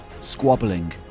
squabbling